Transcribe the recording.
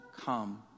come